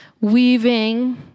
weaving